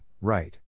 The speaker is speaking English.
right